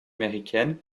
américaines